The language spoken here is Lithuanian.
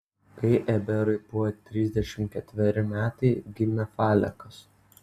kai eberui buvo trisdešimt ketveri metai gimė falekas